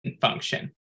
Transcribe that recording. function